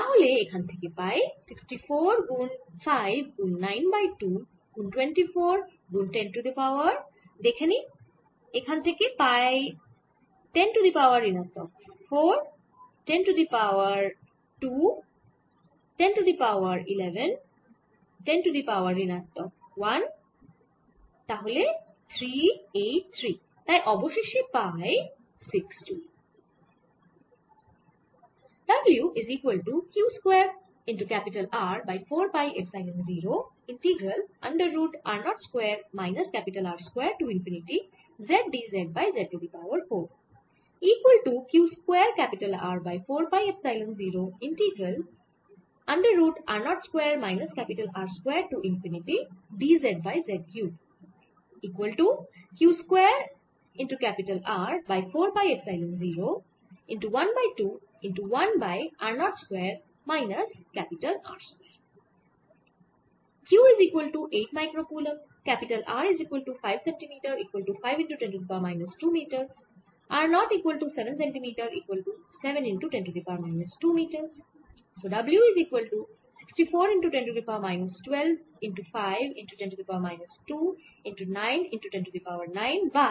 তাহলে এখান থেকে পাই 64 গুন 5 গুন 9 বাই 2 গুন 24 গুন 10 টু দি পাওয়ার দেখে নিই এখান থেকে পাই 10 টু দি পাওয়ার ঋণাত্মক 4 10 to the power 2 10 to the power 11 10 to the power ঋণাত্মক 1 তাহলে 3 8 3 তাই অবশেষে পাই 60 জ্যুল